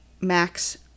Max